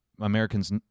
Americans